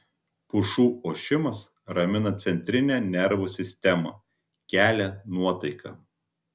pušų ošimas ramina centrinę nervų sistemą kelia nuotaiką